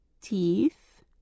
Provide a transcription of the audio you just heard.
teeth